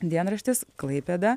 dienraštis klaipėda